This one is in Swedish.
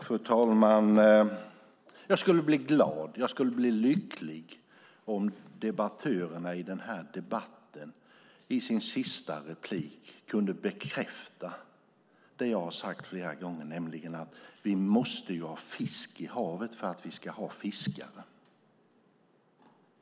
Fru talman! Jag skulle bli glad och lycklig om debattörerna i denna debatt i sitt sista inlägg kunde bekräfta det jag har sagt flera gånger, nämligen att vi måste ha fisk i havet för att ha fiskare.